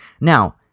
Now